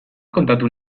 kontatu